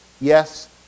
yes